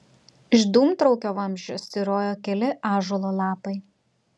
iš dūmtraukio vamzdžio styrojo keli ąžuolo lapai